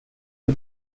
who